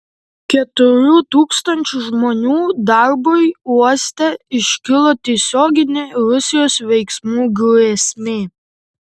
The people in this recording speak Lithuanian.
keturių tūkstančių žmonių darbui uoste iškilo tiesioginė rusijos veiksmų grėsmė